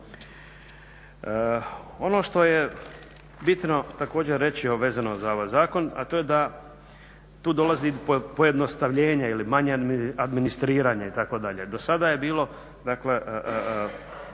Ono što je bitno također reći a vezano za ovaj zakon, a to je da tu dolazi pojednostavljenje ili manje administriranje itd. Do sada je bilo,